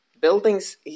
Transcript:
Buildings